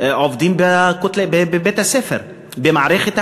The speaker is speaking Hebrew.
עובדים בבית-הספר, במערכת החינוך.